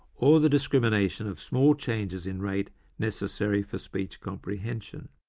or the discrimination of small changes in rate necessary for speech comprehension.